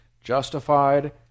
justified